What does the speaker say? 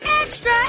Extra